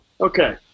Okay